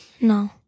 No